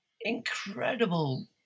incredible